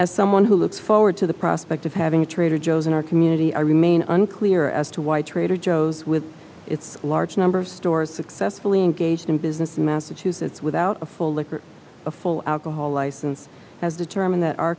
as someone who looks forward to the prospect of having a trader joe's in our community i remain unclear as to why trader joe's with its large number of stores successfully engaged in business in massachusetts without a full liquor a full alcohol license has determined that our